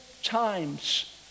times